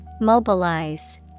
Mobilize